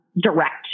direct